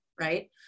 right